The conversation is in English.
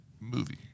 movie